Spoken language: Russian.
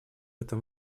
этом